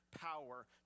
power